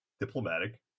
diplomatic